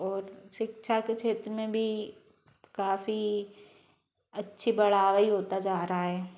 और शिक्षा के क्षेत्र में भी काफ़ी अच्छी बढ़ावा ही होता जा रहा है